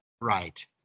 right